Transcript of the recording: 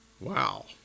Wow